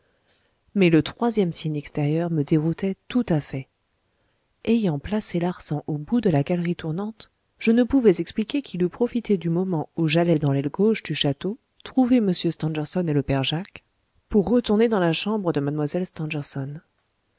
mais le troisième signe extérieur me déroutait tout à fait ayant placé larsan au bout de la galerie tournante je ne pouvais expliquer qu'il eût profité du moment où j'allais dans l'aile gauche du château trouver m stangerson et le père jacques pour retourner dans la chambre de